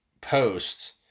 posts